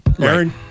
Aaron